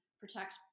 protect